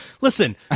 Listen